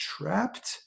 trapped